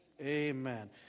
Amen